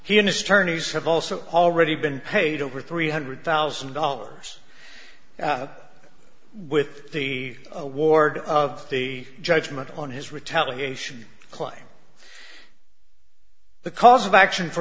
he in his turn is have also already been paid over three hundred thousand dollars with the award of the judgment on his retaliation claim the cause of action for